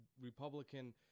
Republican